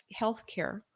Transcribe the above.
healthcare